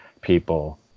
people